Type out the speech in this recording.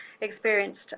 experienced